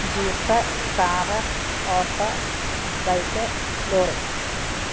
jeep car auto bike lorry